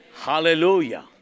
Hallelujah